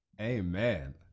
Amen